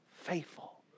faithful